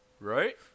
Right